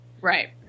Right